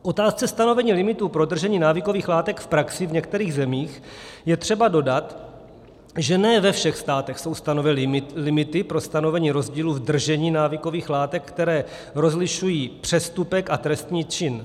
K otázce stanovení limitů pro držení návykových látek v praxi v některých zemích je třeba dodat, že ne ve všech státech jsou stanoveny limity pro stanovení rozdílu v držení návykových látek, které rozlišují přestupek a trestný čin.